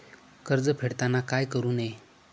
कर्ज फेडताना काय करु नये?